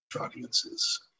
audiences